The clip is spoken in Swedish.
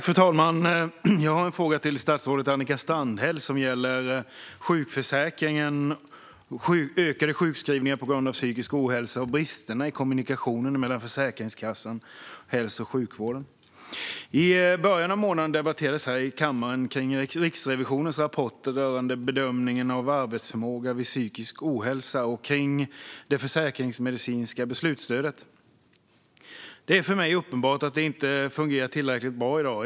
Fru talman! Jag har en fråga till statsrådet Annika Strandhäll som gäller sjukförsäkringen, ökade sjukskrivningar på grund av psykisk ohälsa och bristerna i kommunikationen mellan Försäkringskassan och hälso och sjukvården. I början av månaden debatterades här i kammaren Riksrevisionens rapporter rörande bedömningen av arbetsförmåga vid psykisk ohälsa och det försäkringsmedicinska beslutsstödet. Det är för mig uppenbart att det inte fungerar tillräckligt bra i dag.